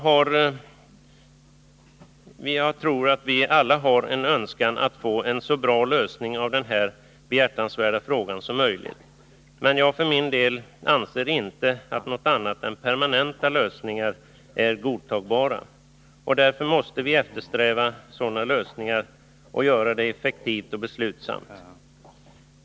Herr talman! Vi har alla en önskan att få till stånd en så bra lösning av den här behjärtansvärda frågan som möjligt — men jag för min del anser inte att något annat än permanenta lösningar är godtagbara. Därför måste vi eftersträva sådana lösningar och göra det effektivt och beslutsamt.